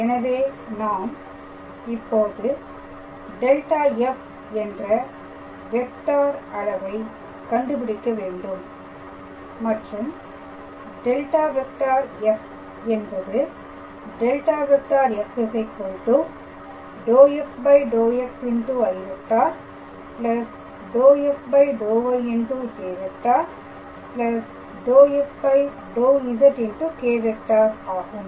எனவே நாம் இப்போது ∇⃗⃗ f என்ற வெக்டார் அளவை கண்டுபிடிக்க வேண்டும் மற்றும் ∇⃗⃗ f என்பது ∇⃗⃗ f ∂f∂xi ∂f∂y j ∂f∂z k̂ ஆகும்